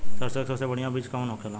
सरसों क सबसे बढ़िया बिज के कवन होला?